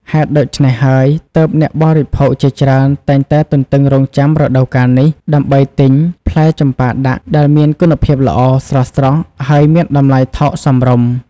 ហេតុដូច្នេះហើយ ទើបអ្នកបរិភោគជាច្រើនតែងតែទន្ទឹងរង់ចាំរដូវកាលនេះ ដើម្បីទិញផ្លែចម្ប៉ាដាក់ដែលមានគុណភាពល្អ ស្រស់ៗ ហើយមានតម្លៃថោកសមរម្យ។